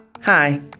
Hi